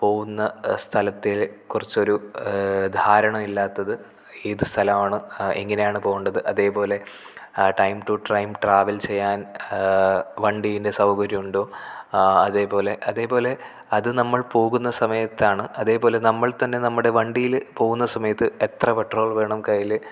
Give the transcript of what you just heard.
പോകുന്ന സ്ഥലത്തേ കുറച്ചൊരു ധാരണയില്ലാത്തത് ഏത് സ്ഥലമാണ് എങ്ങനെയാണു പോകേണ്ടത് അതേപോലെ ആ ടൈം റ്റു ടൈം ട്രാവൽ ചെയ്യാൻ വണ്ടീൻ്റെ സൗകര്യമുണ്ടോ അതേപോലെ അതേപോലെ അതു നമ്മൾ പോകുന്ന സമയത്താണ് അതേപോലെ നമ്മൾ തന്നെ നമ്മുടെ വണ്ടിയിൽ പോകുന്ന സമയത്ത് എത്ര പെട്രോൾ വേണം കൈയ്യിൽ